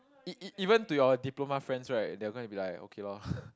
e~ e~ even to your diploma friends right they are gonna be like okay loh